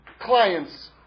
clients